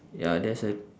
ya there's a